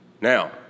now